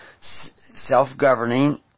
self-governing